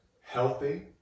healthy